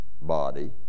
body